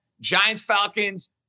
Giants-Falcons